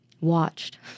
Watched